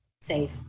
safe